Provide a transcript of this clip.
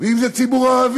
וכן אם זה ציבור ערבי.